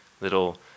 little